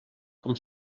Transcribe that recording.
com